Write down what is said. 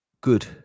Good